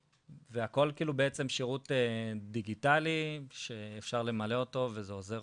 והכל כאילו בעצם שירות דיגיטלי שאפשר למלא אותו וזה עוזר